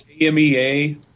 KMEA